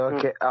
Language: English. Okay